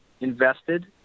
invested